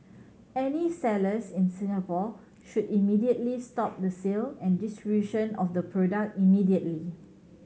any sellers in Singapore should immediately stop the sale and distribution of the product immediately